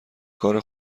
کار